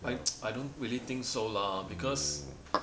I I don't really think so lah because